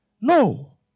No